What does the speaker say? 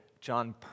John